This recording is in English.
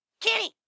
Kenny